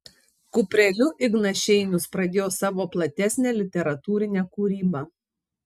kupreliu ignas šeinius pradėjo savo platesnę literatūrinę kūrybą